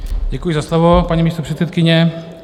Děkuji za slovo, paní místopředsedkyně.